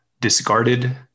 discarded